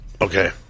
Okay